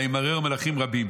וימרר מלכים רבים